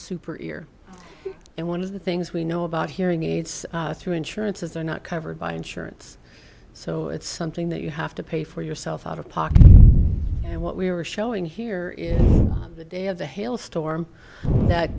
super ear and one of the things we know about hearing aids through insurance is they're not covered by insurance so it's something that you have to pay for yourself out of pocket and what we are showing here is the day of the hail storm that